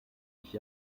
ich